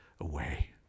away